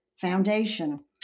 Foundation